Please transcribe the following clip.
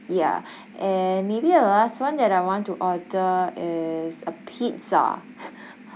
ya and maybe the last [one] that I want to order is a pizza